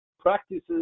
practices